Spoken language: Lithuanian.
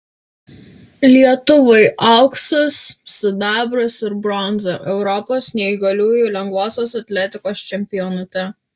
lietuvai auksas sidabras ir bronza europos neįgaliųjų lengvosios atletikos čempionate